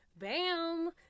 Bam